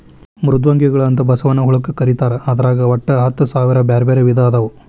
ಮೃದ್ವಂಗಿಗಳು ಅಂತ ಬಸವನ ಹುಳಕ್ಕ ಕರೇತಾರ ಅದ್ರಾಗ ಒಟ್ಟ ಹತ್ತಸಾವಿರ ಬ್ಯಾರ್ಬ್ಯಾರೇ ವಿಧ ಅದಾವು